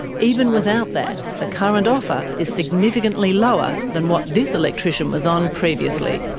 even without that, the current offer is significantly lower than what this electrician was on previously.